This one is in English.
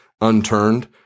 unturned